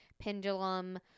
pendulum